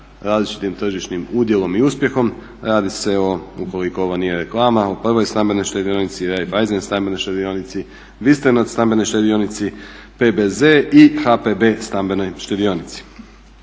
različitim tržišnim udjelom i uspjehom. Radi se ukoliko ovo nije reklama o Prvoj stambenoj štedionici, Raiffeisen stambenoj štedionici, Wüstenrot stambenoj štedionici, PBZ i HPB stambenoj štedionici.